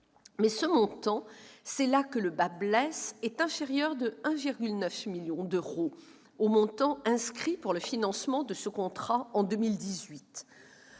ce montant, c'est là que le bât blesse, est inférieur de 1,9 million d'euros au montant inscrit pour le financement de ce contrat en 2018.